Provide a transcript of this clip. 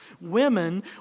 Women